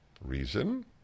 Reason